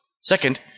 Second